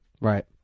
Right